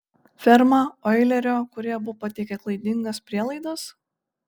ferma oilerio kurie abu pateikė klaidingas prielaidas